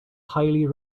highly